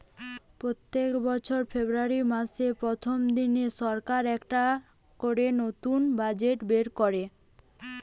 পোত্তেক বছর ফেব্রুয়ারী মাসের প্রথম দিনে সরকার একটা করে নতুন বাজেট বের কোরে